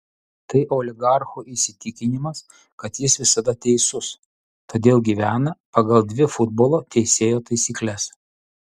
tai oligarcho įsitikinimas kad jis visada teisus todėl gyvena pagal dvi futbolo teisėjo taisykles